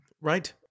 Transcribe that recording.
right